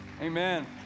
Amen